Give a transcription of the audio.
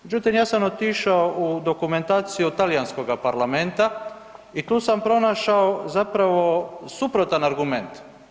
Međutim, ja sam otišao u dokumentaciju talijanskoga parlamenta i tu sam pronašao zapravo suprotan argument.